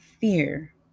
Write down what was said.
fear